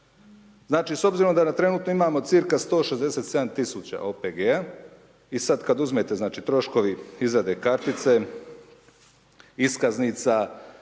Znači da trenutno imamo cca 167 000 OPG-a i sad kad uzmete znači troškovi izrade kartice, iskaznica,